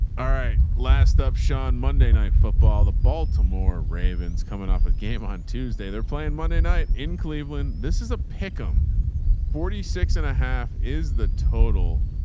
all right. last up sean, monday night football, the baltimore ravens coming off a game on tuesday, they're playing monday night in cleveland. this is a pickup on um forty six and a half is the total.